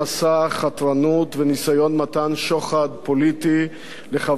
וניסיון מתן שוחד פוליטי לחברי כנסת מסיעת קדימה.